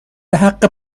بحق